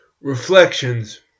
Reflections